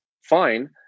fine